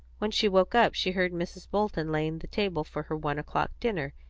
when she woke up she heard mrs. bolton laying the table for her one o'clock dinner,